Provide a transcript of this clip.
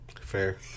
fair